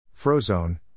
Frozone